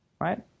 right